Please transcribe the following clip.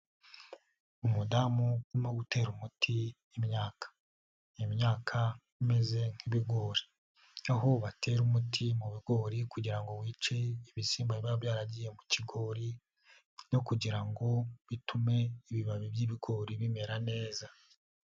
Umudamu urimo gutera umuti imyaka, ni imyaka imeze nk'ibigori aho batera umuti mu bigori kugira ngo wice ibisimba biba byaragiye mu kigori no kugira ngo bitume ibibabi by'ibigori bimera neza.